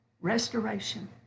restoration